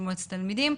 של מועצת התלמידים.